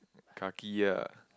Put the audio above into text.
car key ah